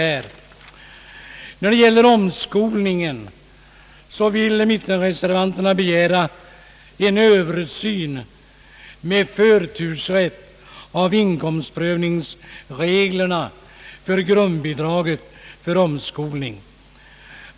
När det gäller omskolningen vill mittenreservanterna begära en översyn med förtursrätt av inkomstprövningsreglerna för grundbidraget för omskolning.